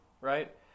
right